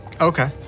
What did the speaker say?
Okay